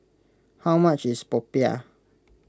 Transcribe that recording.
how much is Popiah